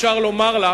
אפשר לומר לך: